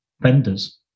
vendors